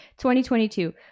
2022